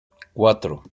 cuatro